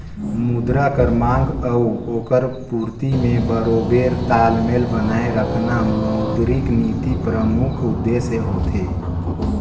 मुद्रा कर मांग अउ ओकर पूरती में बरोबेर तालमेल बनाए रखना मौद्रिक नीति परमुख उद्देस होथे